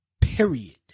Period